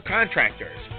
Contractors